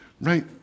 right